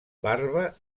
barba